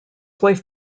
wife